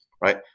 right